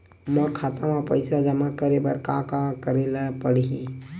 मोर खाता म पईसा जमा करे बर का का करे ल पड़हि?